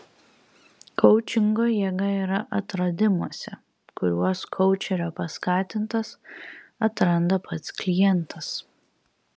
koučingo jėga yra atradimuose kuriuos koučerio paskatintas atranda pats klientas